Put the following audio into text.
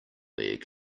leg